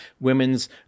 women's